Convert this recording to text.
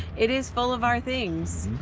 it is full of our things,